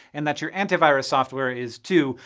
and that your antivirus software is, too.